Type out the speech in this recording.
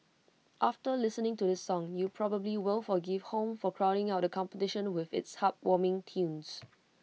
after listening to this song you probably will forgive home for crowding out competition with its heartwarming tunes